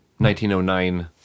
1909